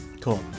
Cool